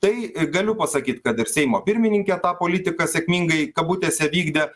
tai galiu pasakyt kad ir seimo pirmininkė tą politiką sėkmingai kabutėse vykdė